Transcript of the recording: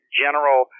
general